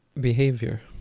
Behavior